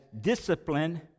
discipline